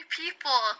people